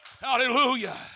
Hallelujah